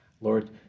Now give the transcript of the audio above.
Lord